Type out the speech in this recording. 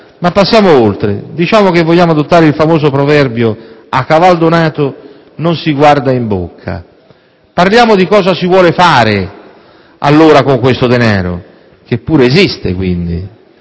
Ma passiamo oltre, diciamo che vogliamo adottare il famoso proverbio: «A caval donato non si guarda in bocca», parliamo di cosa si vuole fare allora con questo denaro, che pure esiste, quindi.